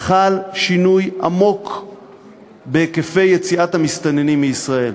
חל שינוי עמוק בהיקפי יציאת המסתננים מישראל,